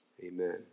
Amen